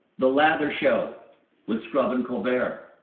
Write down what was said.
the lather show with scrubin' colbert.